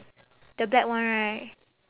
the black one right